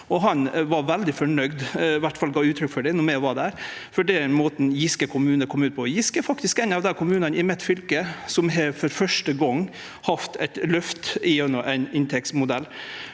Han var veldig fornøgd – han gav i alle fall uttrykk for det då vi var der – med måten Giske kommune kom ut på. Giske er faktisk ein av dei kommunane i mitt fylke som for første gong har hatt eit løft gjennom ein inntektsmodell.